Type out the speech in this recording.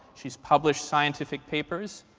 she's published scientific papers.